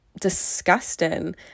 disgusting